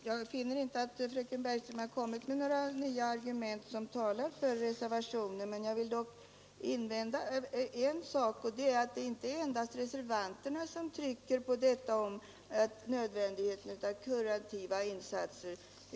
det inte endast är reservanterna som trycker på nödvändigheten av kurativa insatser.